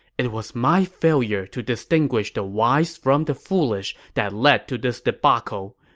it was my failure to distinguish the wise from the foolish that led to this debacle.